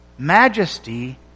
majesty